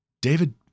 David